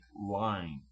line